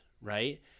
right